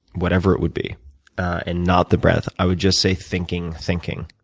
whatever it would be and not the breath, i would just say, thinking, thinking,